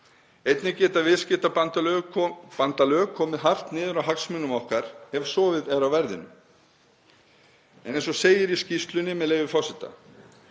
Einnig geta viðskiptabandalög komið hart niður á hagsmunum okkar ef sofið á verðinum. En eins og segir í skýrslunni, með leyfi forseta: